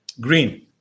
Green